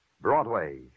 Broadway